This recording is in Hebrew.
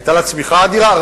היתה לה צמיחה אדירה.